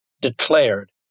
declared